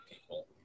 people